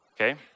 okay